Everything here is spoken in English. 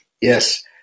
Yes